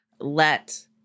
let